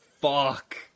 Fuck